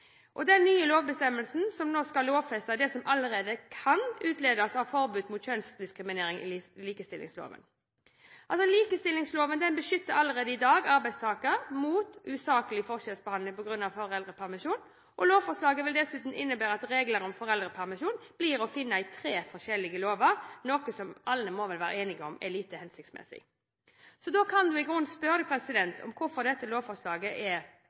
nye lovbestemmelsen skal lovfeste det som allerede kan utledes av forbud mot kjønnsdiskriminering i likestillingsloven. Likestillingsloven beskytter allerede i dag arbeidstakere mot usaklig forskjellsbehandling på grunn av foreldrepermisjon, og lovforslaget vil dessuten innebære at regler om foreldrepermisjon blir å finne i tre forskjellige lover, noe som alle vel må være enige om er lite hensiktsmessig. Så da kan vi i grunnen spørre oss hva dette lovforslaget er